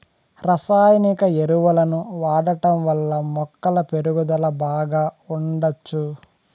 రసాయనిక ఎరువులను వాడటం వల్ల మొక్కల పెరుగుదల బాగా ఉండచ్చు